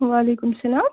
وعلیکُم سلام